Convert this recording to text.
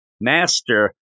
master